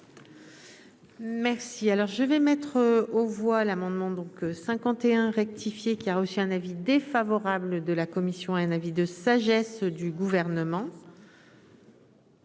Merci, alors je vais mettre aux voix l'amendement donc 51 rectifié, qui a reçu un avis défavorable de la commission, a un avis de sagesse du gouvernement.